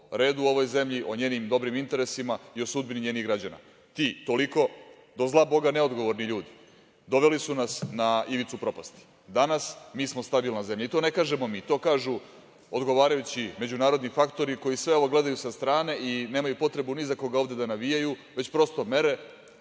o redu u ovoj zemlji, o njenim dobrim interesima i o sudbini njenih građana. Ti, toliko, do zla boga neodgovorni ljudi, doveli su nas na ivicu propasti. Danas, mi smo stabilna zemlja. I to ne kažemo mi, to kažu odgovarajući međunarodni faktori koji sve ovo gledaju sa strane i nemaju potrebu ni za koga ovde da navijaju, već prosto mere,